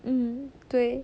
mm 对